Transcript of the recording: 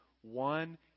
One